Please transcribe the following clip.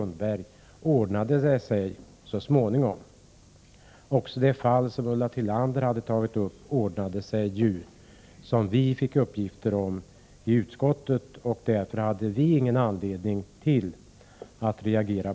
Nu ordnade det sig så småningom, sade Ingrid Sundberg, och det gjorde det också i det fall som Ulla Tillander omnämnde. Därför hade utskottet ingen anledning att reagera.